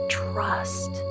trust